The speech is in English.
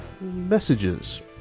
messages